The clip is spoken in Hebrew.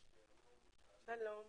שעה הפסקה.